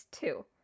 two